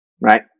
Right